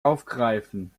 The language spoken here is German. aufgreifen